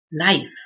life